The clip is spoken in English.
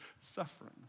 suffering